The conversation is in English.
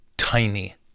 tiny